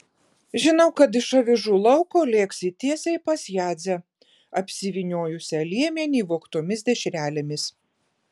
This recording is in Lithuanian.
žinau kad iš avižų lauko lėksi tiesiai pas jadzę apsivyniojusią liemenį vogtomis dešrelėmis